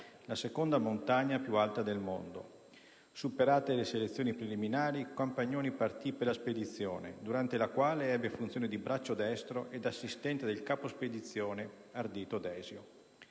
la seconda montagna più alta del mondo. Superate le selezioni preliminari, Compagnoni partì per la spedizione, durante la quale ebbe funzione di braccio destro ed assistente del capo spedizione Ardito Desio.